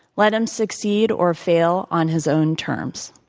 let him succeed or fail on his own terms.